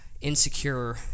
insecure